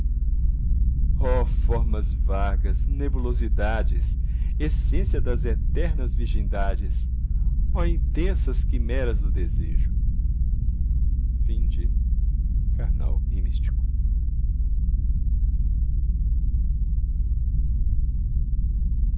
ó formas vagas nebulosidades essência das eternas virgindades ó intensas quimeras do desejo torva